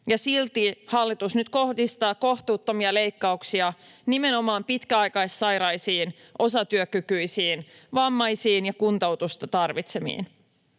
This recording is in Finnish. Silti tämä hallitus kohdistaa kohtuuttomia leikkauksia nimenomaan pitkäaikaissairaisiin, osatyökykyisiin, vammaisiin ja kuntoutusta tarvitseviin.